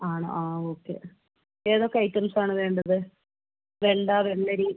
ആണോ ആ ഓക്കെ ഏതൊക്കെ ഐറ്റംസാണ് വേണ്ടത് വെണ്ട വെള്ളരി